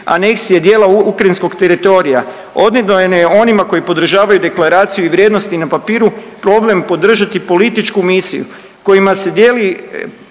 aneksije dijela ukrajinskog teritorija …/Govornik se ne razumije./… onima koji podržavaju deklaraciju i vrijednosti na papiru problem podržati političku misiju kojima se djelima